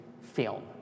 film